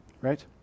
Right